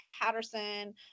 Patterson